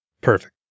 Perfect